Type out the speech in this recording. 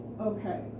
okay